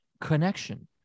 connection